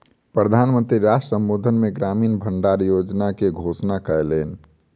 प्रधान मंत्री राष्ट्र संबोधन मे ग्रामीण भण्डार योजना के घोषणा कयलैन